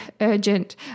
urgent